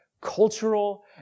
cultural